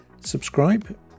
Subscribe